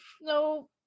No